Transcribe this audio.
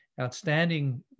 Outstanding